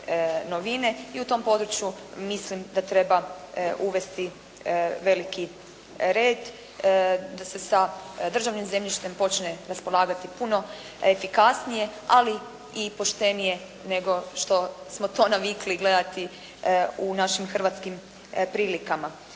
i u tom području mislim da treba uvesti veliki red, da se sa državnim zemljištem počne raspolagati puno efikasnije, ali i poštenije nego što smo to navikli gledati u našim hrvatskim prilikama.